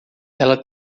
ela